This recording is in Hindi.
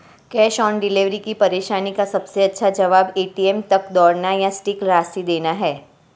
कैश ऑन डिलीवरी की परेशानी का सबसे अच्छा जवाब, ए.टी.एम तक दौड़ना या सटीक राशि देना है